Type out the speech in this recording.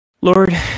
Lord